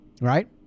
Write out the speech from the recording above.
right